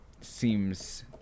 seems